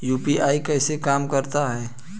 UPI कैसे काम करता है?